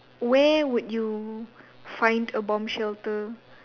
where would you find a bomb shelter